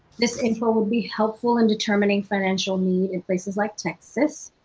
this info will be helpful in determining financial need in places like texas.